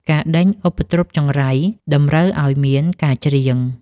ការដេញឧបទ្រពចង្រៃ តម្រូវឱ្យមានការច្រៀង។